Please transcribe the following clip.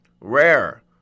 Rare